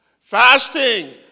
Fasting